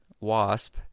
wasp